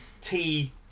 tea